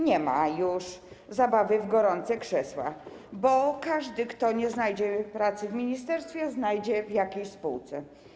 Nie ma już zabawy w gorące krzesła, bo każdy, kto nie znajdzie pracy w ministerstwie, znajdzie ją w jakiejś spółce.